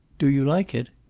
do you like it?